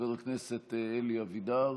חבר הכנסת אלי אבידר,